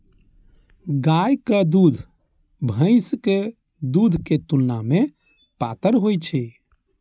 गायक दूध भैंसक दूध के तुलना मे पातर होइ छै